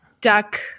duck